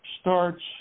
starts